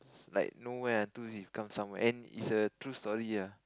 like nowhere until he become somewhere and it's a true story ah